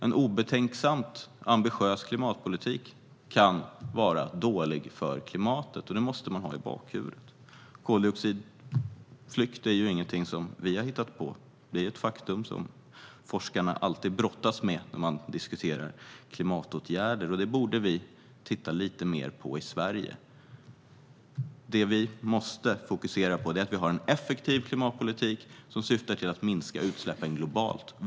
En obetänksamt ambitiös klimatpolitik kan alltså vara dålig för klimatet - det måste man ha i bakhuvudet. Koldioxidflykt är ju ingenting som vi har hittat på, utan det är ett faktum som forskarna alltid brottas med när klimatåtgärder diskuteras. Vi borde titta lite mer på detta i Sverige. Det vi måste fokusera på är att ha en effektiv klimatpolitik som syftar till att minska utsläppen globalt.